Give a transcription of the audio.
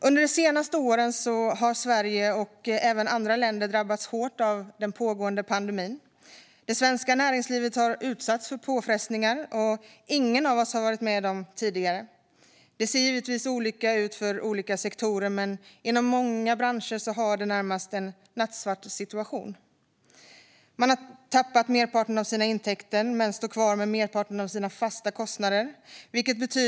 Under det senaste året har Sverige och även andra länder drabbats hårt av den pågående pandemin. Det svenska näringslivet har utsatts för påfrestningar som ingen av oss har varit med om tidigare. Det ser givetvis olika ut för olika sektorer, men inom många branscher är det närmast en nattsvart situation. De har tappat merparten av sina intäkter men står kvar med merparten av sina fasta kostnader.